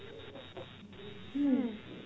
mm